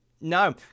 no